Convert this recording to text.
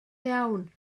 iawn